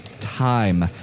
time